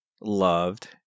loved